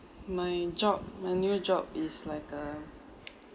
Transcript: my job my new job is like a